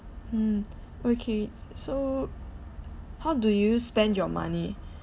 mm okay so how do you spend your money